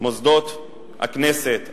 מוסדות הכנסת,